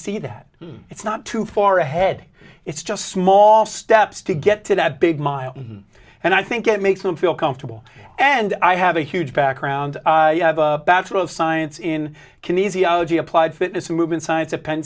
see that it's not too far ahead it's just small steps to get to that big mile and i think it makes them feel comfortable and i have a huge background bachelor of science in can easily applied fitness movement science at penn